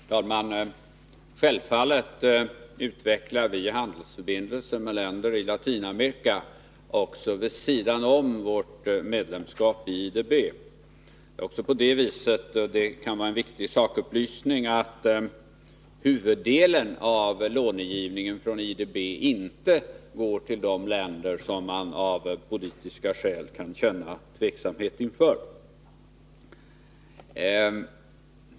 Herr talman! Självfallet utvecklar vi handelsförbindelser med länder i Latinamerika också vid sidan om vårt medlemskap i IDB. Huvuddelen av lånegivningen från IDB — det kan vara en viktig sakupplysning — går inte till de länder som man av politiska skäl kan känna tveksamhet inför.